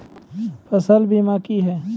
फसल बीमा क्या हैं?